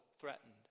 threatened